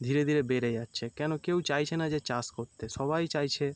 ধীরে ধীরে বেড়ে যাচ্ছে কেন কেউ চাইছে না যে চাষ করতে সবাই চাইছে